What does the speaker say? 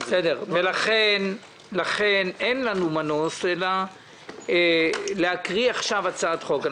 לכן אין לנו מנוס מלהקריא עכשיו הצעת חוק.